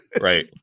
Right